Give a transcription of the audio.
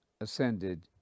ascended